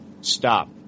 stop